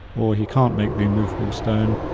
or he can't make the immovable stone,